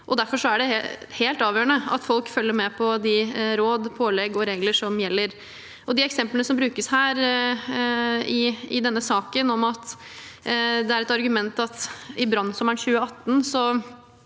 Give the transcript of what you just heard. Derfor er det helt avgjørende at folk følger med på de råd, pålegg og regler som gjelder. De eksemplene som brukes her i denne saken, om at det er et argument at butikker på